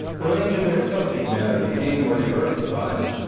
the range of their subject matter became more diversified.